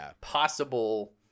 possible